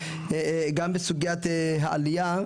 גם בסוגיית העלייה,